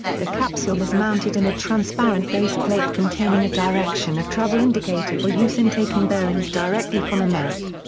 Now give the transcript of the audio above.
the capsule is mounted in a transparent baseplate containing a direction-of-travel indicator for use in taking bearings directly from a map.